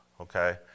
okay